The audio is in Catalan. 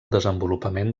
desenvolupament